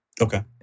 Okay